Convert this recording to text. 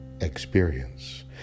experience